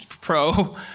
Pro